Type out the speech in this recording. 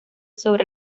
sobre